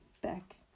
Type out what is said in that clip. back